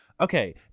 Okay